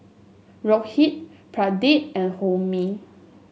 Rohit Pradip and Homi